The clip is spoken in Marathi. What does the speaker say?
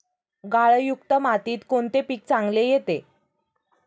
गाळयुक्त मातीत कोणते पीक चांगले येते?